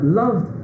loved